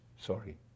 Sorry